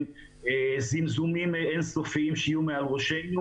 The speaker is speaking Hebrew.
עם זמזומים אין סופיים שיהיו מעל ראשינו